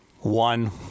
One